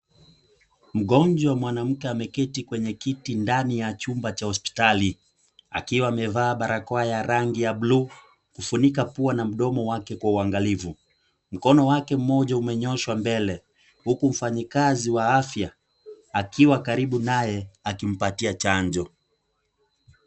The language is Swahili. Mgonjwa mwanamke ameketi kwenye kiti ndani ya chumba cha hospitali, akiwa amevaa barakoa ya rangi ya buluu kufunika mdomo na pua wake kwa uangalifu. Mkono wake moja umenyooshwa mbele, huku mfanyikazi wa afya akiwa karibu naye akimpatia chanjo.